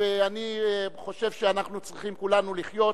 ואני חושב שאנחנו צריכים כולנו לחיות